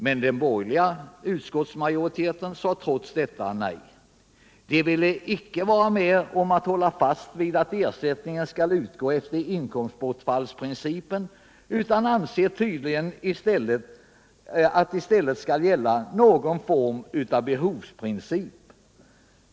Men den borgerliga utskottsmajoriteten sade trots detta nej. Den vill inte vara med om att hålla fast vid att ersättningarna skall utgå efter inkomstbortfallsprincipen utan anser tydligen att i stället skall gälla någon form av behovsprincip.